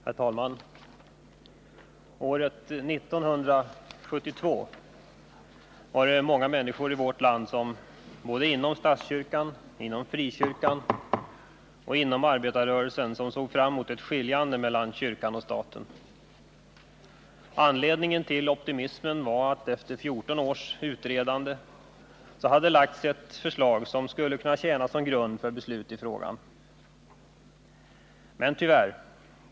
Herr talman! År 1972 var det många människor i vårt land, inom statskyrkan, inom frikyrkan och inom arbetarrörelsen, som såg fram emot ett skiljande mellan kyrkan och staten. Anledningen till optimismen var att det efter 14 års utredande hade lagts ett resultat som kunde tjäna som grund för beslut i frågan. Men, tyvärr.